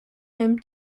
him